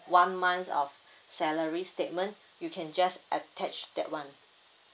one month of salary statement you can just attach that one